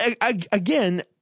again